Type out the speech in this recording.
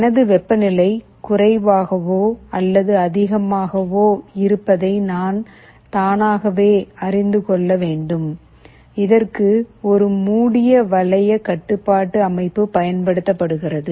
எனது வெப்பநிலை குறைவாகவோ அல்லது அதிகமாகவோ இருப்பதை நான் தானாகவே அறிந்து கொள்ள வேண்டும் இதற்கு ஒரு மூடிய வளைய கட்டுப்பாட்டு அமைப்பு பயன்படுத்தப்படுகிறது